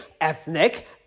ethnic